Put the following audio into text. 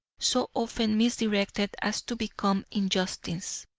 so often misdirected as to become injustice.